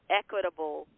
equitable